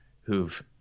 who've